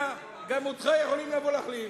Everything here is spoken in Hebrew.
גם אותך יכולים לבוא להחליף,